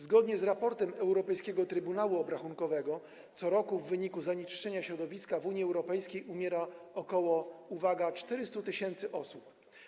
Zgodnie z raportem Europejskiego Trybunału Obrachunkowego co roku w wyniku zanieczyszczenia środowiska w Unii Europejskiej umiera, uwaga, ok. 400 tys. osób.